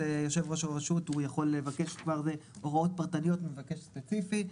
יושב ראש הרשות הוא יכול לבקש כבר הוראות פרטניות ממבקש ספציפי,